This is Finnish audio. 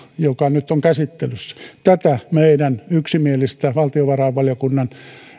joka nyt on käsittelyssä tätä meidän yksimielistä valtiovarainvaliokunnan